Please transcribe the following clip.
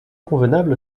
convenable